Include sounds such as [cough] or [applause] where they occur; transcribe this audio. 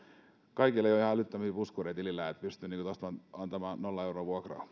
kaikilla ei ole ihan älyttömiä puskureita tilillä että pystyisi tuosta vaan antamaan nollaeuron vuokraa [unintelligible]